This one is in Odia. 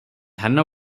ଧାନ